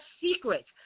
secret